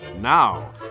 now